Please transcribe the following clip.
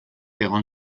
egon